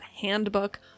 Handbook